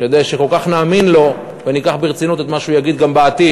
כדי שכל כך נאמין לו וניקח ברצינות את מה שהוא יגיד גם בעתיד.